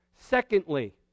Secondly